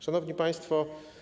Szanowni Państwo!